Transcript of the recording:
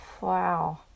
wow